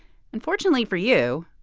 unfortunately for you,